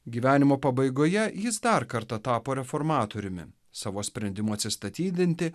gyvenimo pabaigoje jis dar kartą tapo reformatoriumi savo sprendimu atsistatydinti